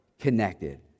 connected